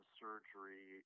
surgery